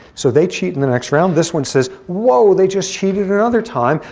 so they cheat in the next round. this one says whoa, they just cheated another time,